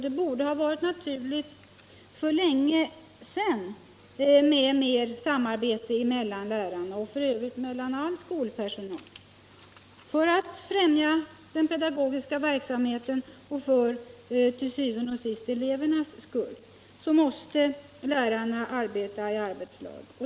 Det borde ha varit naturligt för länge sedan med mer samarbete mellan lärarna och f. ö. mellan all skolpersonal. För att främja den pedagogiska verksamheten och til syvende og sidst för elevernas skull måste lärarna arbeta i arbetslag.